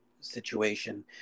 situation